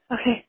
okay